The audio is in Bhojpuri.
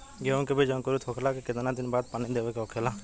गेहूँ के बिज अंकुरित होखेला के कितना दिन बाद पानी देवे के होखेला?